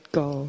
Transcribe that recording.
go